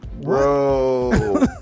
bro